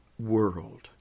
world